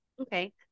Okay